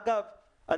אגב,